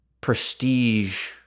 prestige